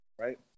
right